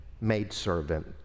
maidservant